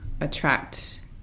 attract